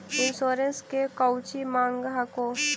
Insurance मे कौची माँग हको?